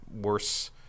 worse